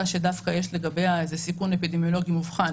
שדווקא יש לגביה איזה סיכון אפידמיולוגי מובחן.